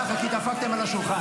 ככה, כי דפקתם על השולחן.